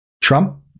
Trump